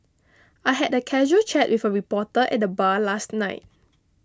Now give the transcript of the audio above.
I had a casual chat with a reporter at the bar last night